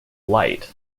light